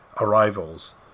arrivals